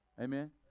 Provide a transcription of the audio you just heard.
Amen